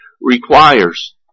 requires